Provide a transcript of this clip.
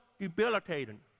debilitating